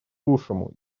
лучшему